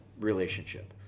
relationship